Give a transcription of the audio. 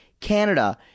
Canada